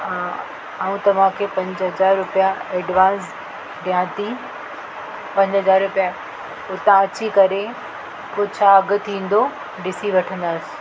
अ ऐं तव्हांखे पंज हज़ार रुपिया एडवांस ॾेयां थी पंज हज़ार रुपिया हुतां अची करे पोइ छा अघि थींदो ॾिसी वठंदासि